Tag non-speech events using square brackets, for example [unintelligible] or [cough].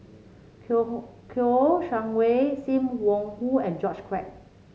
[unintelligible] Kouo Shang Wei Sim Wong Hoo and George Quek